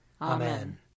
Amen